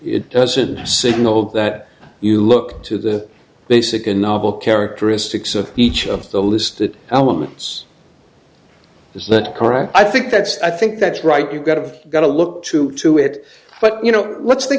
it doesn't signal that you look to the basic and novel characteristics of each of the listed elements is that correct i think that's i think that's right you've got to got to look to to it but you know let's think